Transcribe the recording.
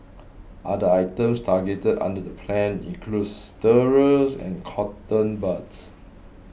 other items targeted under the plan include stirrers and cotton buds